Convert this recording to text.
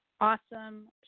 Awesome